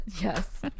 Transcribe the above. Yes